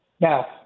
Now